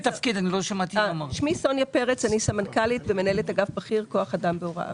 אני סמנכ"לית ומנהלת אגף בכיר כוח אדם בהוראה.